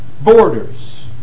borders